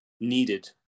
needed